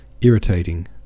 irritating